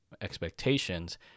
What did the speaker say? expectations